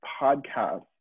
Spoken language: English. podcast